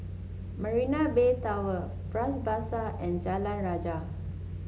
Marina Bay Tower Bras Basah and Jalan Rajah